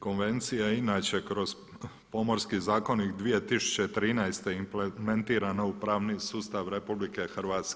Konvencija inače kroz Pomorski zakonik 2013. je implementirana u pravni sustav RH.